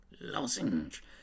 Lozenge